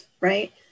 right